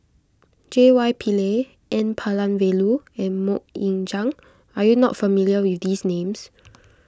J Y Pillay N Palanivelu and Mok Ying Jang are you not familiar with these names